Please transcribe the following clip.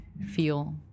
feel